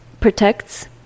protects